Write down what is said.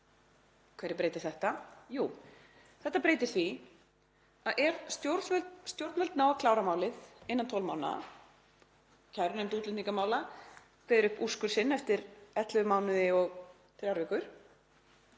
Hverju breytir þetta? Jú, þetta breytir því að ef stjórnvöld ná að klára málið innan 12 mánaða, kærunefnd útlendingamála kveður upp úrskurð sinn eftir 11 mánuði og þrjár vikur,